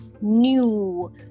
new